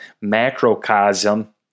macrocosm